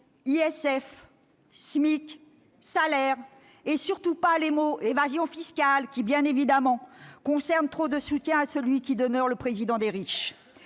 »,« salaires » et, surtout pas, les mots « évasion fiscale », qui, bien évidemment, concernent trop de soutiens de celui qui demeure le président des riches.